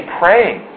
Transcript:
praying